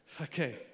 okay